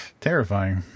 terrifying